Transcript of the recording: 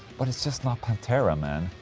but it's just not pantera, man.